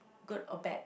good or bad